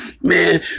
Man